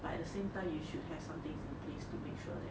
but at the same time you should have some things in place to make sure that